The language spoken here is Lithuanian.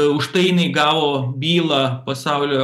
už tai jinai gavo bylą pasaulio